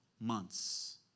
months